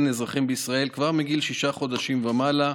אזרחים בישראל כבר מגיל שישה חודשים ומעלה,